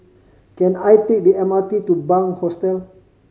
can I take the M R T to Bunc Hostel